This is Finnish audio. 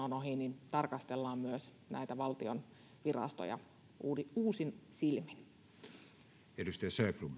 on ohi tarkastellaan myös näitä valtion virastoja uusin silmin arvoisa